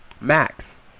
Max